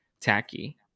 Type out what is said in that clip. tacky